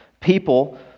people